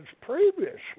previously